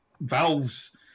Valve's